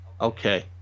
Okay